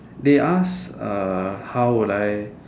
they ask uh how would I